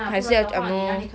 还是要 !hannor!